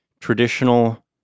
traditional